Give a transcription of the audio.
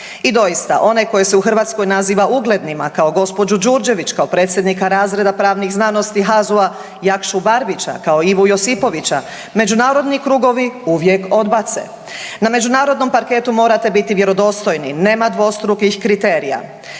I doista onaj koji se u Hrvatskoj naziva uglednima kao gospođu Đurđević, kao predsjednika razreda pravnih znanosti HAZU-a Jakšu Barbića, kao Ivu Josipovića međunarodni krugovi uvijek odbace. Na međunarodnom parketu morate biti vjerodostojni, nema dvostrukih kriterija.